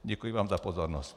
Děkuji vám za pozornost.